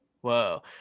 Whoa